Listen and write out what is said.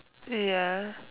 ya